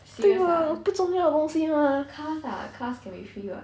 对 lor 不重要的东西 mah